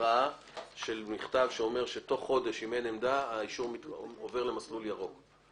מכתב שבתוך חודש עוברים למסלול ירוק.